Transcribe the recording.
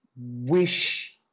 wish